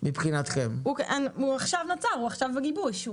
הוא עכשיו נוצר, הוא עכשיו בגיבוש.